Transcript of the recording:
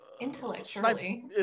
intellectually